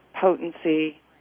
potency